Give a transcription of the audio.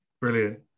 Brilliant